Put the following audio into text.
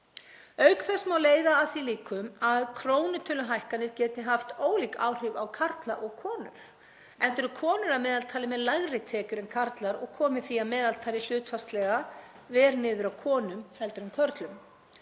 Auk þess má leiða að því líkur að krónutöluhækkanir geti haft ólík áhrif á karla og konur, enda eru konur að meðaltali með lægri tekjur en karlar og þær komi því að meðaltali hlutfallslega verr niður á konum en körlum.